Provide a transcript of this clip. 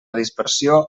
dispersió